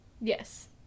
Yes